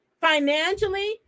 financially